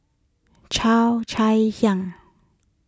Cheo Chai Hiang